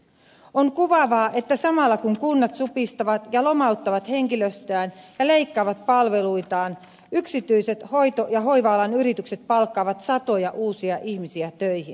on kuvaavaa että samalla kun kunnat supistavat ja lomauttavat henkilöstöään ja leikkaavat palveluitaan yksityiset hoito ja hoiva alan yritykset palkkaavat satoja uusia ihmisiä töihin